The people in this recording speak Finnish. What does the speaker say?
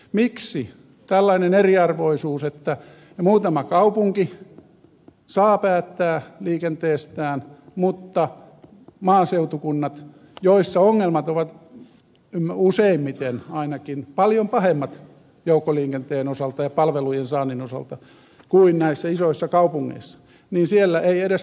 miksi tällainen eriarvoisuus että muutama kaupunki saa päättää liikenteestään mutta maaseutukunnissa joissa ongelmat ovat useimmiten ainakin paljon pahemmat joukkoliikenteen osalta ja palvelujen saannin osalta kuin näissä isoissa kaupungeissa ei edes kuntaa kuulla